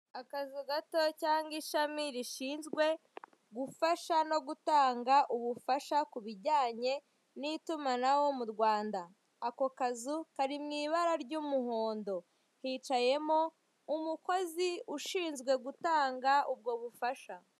Akazu gato cyangwa ishami rishinzwe gufasha no gutanga ubufasha ku ibijyanye n'itumanaho mu Rwanda, ako kazu kari mu ibara ry'umuhondo, hicayemo umukozi ushinzwe gutanga ubwo bufasha.